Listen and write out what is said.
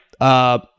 right